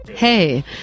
Hey